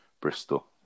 Bristol